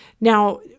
Now